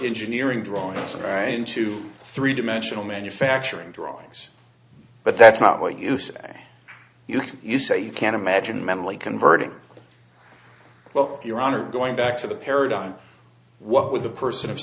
engineering drawings and write into three dimensional manufacturing drawings but that's not what you say you can you say you can imagine mentally converting well your honor going back to the paradigm what with a person of